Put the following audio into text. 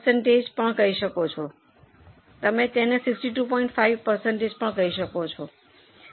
5 ટકા અથવા પર્સન્ટેજ પણ કહી શકો છો